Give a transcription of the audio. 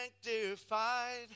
sanctified